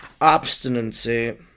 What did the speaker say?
obstinacy